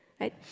right